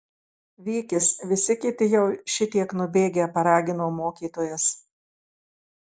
vykis visi kiti jau šitiek nubėgę paragino mokytojas